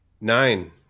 nine